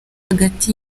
hagati